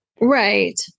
Right